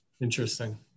Interesting